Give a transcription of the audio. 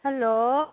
hello